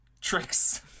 tricks